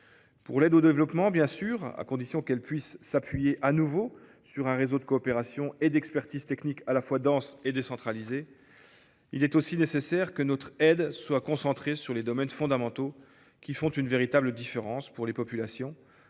l’aide au développement, bien sûr, à condition que celle ci puisse s’appuyer de nouveau sur un réseau de coopération et d’expertise technique à la fois dense et décentralisé. Il est aussi nécessaire que notre aide soit concentrée sur les domaines fondamentaux qui font une véritable différence pour les populations